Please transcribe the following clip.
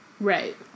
Right